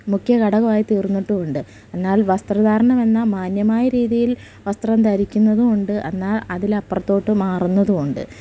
മുഖ്യ ഘടകമായി തീർന്നിട്ടുമുണ്ട് എന്നാൽ വസ്ത്രധാരണമെന്ന മാന്യമായ രീതിയിൽ വസ്ത്രം ധരിക്കുന്നതുമുണ്ട് എന്നാൽ അതിലപ്പുറത്തേക്ക് മാറുന്നതുമുണ്ട്